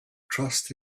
trust